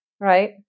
right